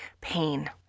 pain